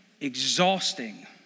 exhausting